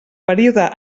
període